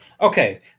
Okay